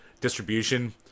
distribution